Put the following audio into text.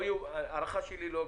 אז הערכה שלי היא שלא.